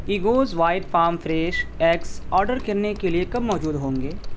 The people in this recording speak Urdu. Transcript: egos white farm fresh eggs order کرنے کے لیے کب موجود ہوں گے